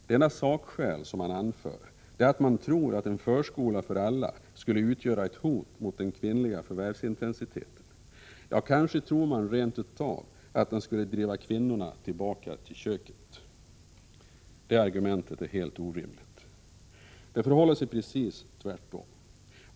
Det enda sakskäl som man anför är att man tror att en förskola för alla skulle utgöra ett hot mot den kvinnliga förvärvsintensiteten. Kanske tror man rent av att den skulle driva kvinnorna tillbaka till köket. Det argumentet är helt orimligt. Det förhåller sig precis tvärtom.